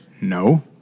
No